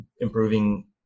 improving